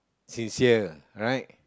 sincere right